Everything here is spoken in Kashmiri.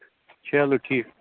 چلو ٹھیٖک